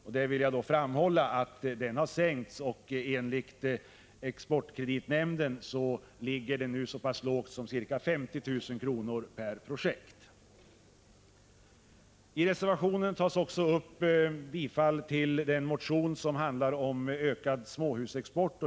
Jag vill framhålla att den gränsen har sänkts och enligt exportkreditnämnden nu är så pass låg som ca 50 000 kr. per projekt. I reservationen tillstyrks också den motion som handlar om ökad småhusexport.